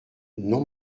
non